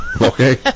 okay